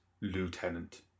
lieutenant